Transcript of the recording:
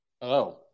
Hello